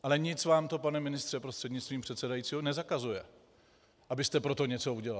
Ale nic vám, pane ministře, prostřednictvím předsedajícího, nezakazuje, abyste pro to něco udělal.